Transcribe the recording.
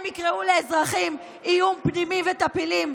הם יקראו לאזרחים איום פנימי וטפילים?